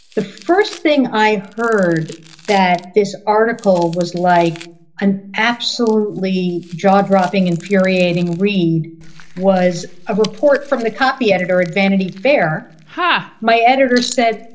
the first thing i heard that this article was like an absolutely jaw dropping, infuriating read was a report from the copy editor at vanity fair. ha. my editor said,